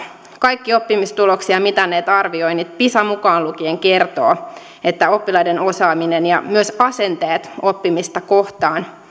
kaikki oppimistuloksia mitanneet arvioinnit pisa mukaan lukien kertovat että oppilaiden osaaminen ja myös asenteet oppimista kohtaan